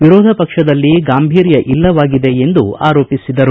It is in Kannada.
ವಿರೋಧ ಪಕ್ಷದಲ್ಲಿ ಗಾಂಭೀರ್ಯ ಇಲ್ಲದಾಗಿದೆ ಎಂದು ಆರೋಪಿಸಿದರು